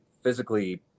physically